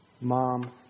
mom